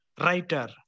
writer